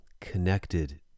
connected